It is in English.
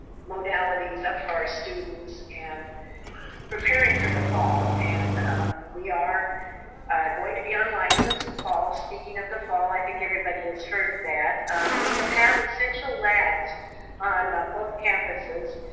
modalities up for our students and preparing for the fall. and we are going to be online in this fall. speaking of the fall, i think everybody has heard that we will have essential labs on both campuses.